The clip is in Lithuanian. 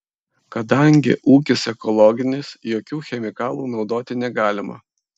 kadangi ūkis ekologinis jokių chemikalų naudoti negalima